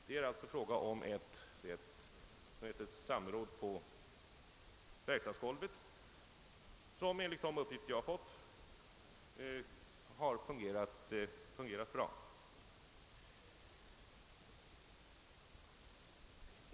Det är alltså fråga om samverkan på verkstadsgolvet, och enligt den uppgift jag fått har den fungerat bra.